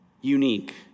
unique